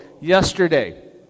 yesterday